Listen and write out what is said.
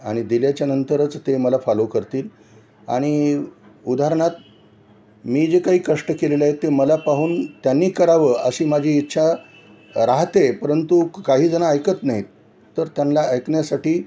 आणि दिल्याच्या नंतरच ते मला फॉलो करतील आणि उदाहरणार्थ मी जे काही कष्ट केलेलं आहे ते मला पाहून त्यांनी करावं अशी माझी इच्छा राहते परंतु काहीजणं ऐकत नाहीत तर त्यांला ऐकण्यासाठी